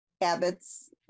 habits